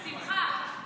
בשמחה.